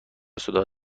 صداها